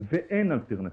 ואין אלטרנטיבות,